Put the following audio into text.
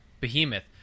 behemoth